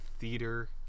theater